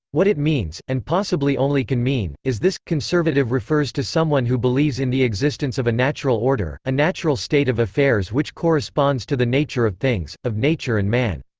what it means, and possibly only can mean, is this conservative refers to someone who believes in the existence of a natural order, a natural state of affairs which corresponds to the nature of things of nature and man.